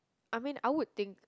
I mean I would think